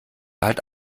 halt